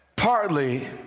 Partly